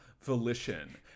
volition